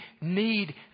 need